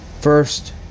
first